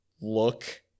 look